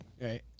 right